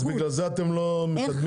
אז בגלל זה אתם לא מקדמים?